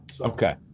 okay